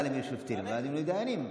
למינוי שופטים לוועדה למינוי הדיינים.